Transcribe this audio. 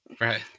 Right